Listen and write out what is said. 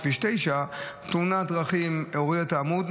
לכביש 9. תאונת דרכים הורידה את העמוד,